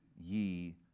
ye